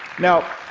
now,